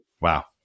Wow